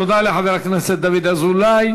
תודה לחבר הכנסת דוד אזולאי.